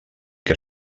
que